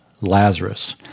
Lazarus